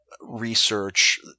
research